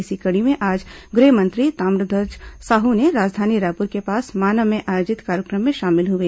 इसी कड़ी में आज गृह मंत्री ताम्रध्वज साहू ने राजधानी रायपुर के पास माना में आयोजित कार्यक्रम में शामिल हुए